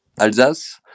alsace